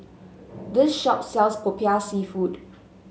this shop sells popiah seafood